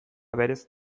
berez